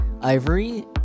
Ivory